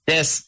Yes